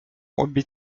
обе